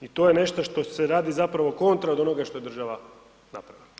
I to je nešto što se radi zapravo kontra od onoga što je država napravila.